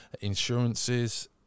insurances